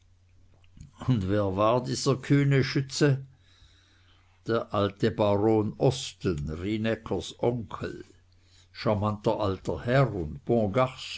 und wer war dieser kühne schütze der alte baron osten rienäckers onkel charmanter alter herr